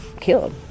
killed